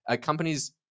companies